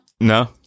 no